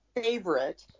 favorite